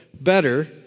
better